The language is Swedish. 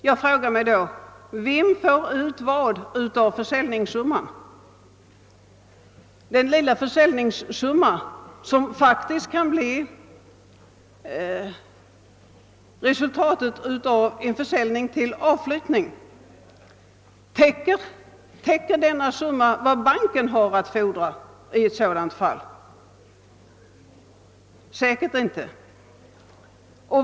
Jag frågar då: Vem får ut vad av försäljningssumman, den obetydliga försäljningssummea som faktiskt kan bli resultatet av en sådan försäljning till avflyttning? Täcker detta belopp vad banken har att fordra i ett sådan fall? Säkert inte.